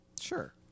sure